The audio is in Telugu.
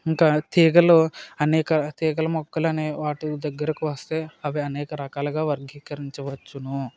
ఇంకా తీగలు అనేక తీగలు మొక్కలు అనే వాటి దగ్గరకు వస్తే అవి అనేక రకాలుగా వర్గీకరించవచ్చును